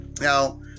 Now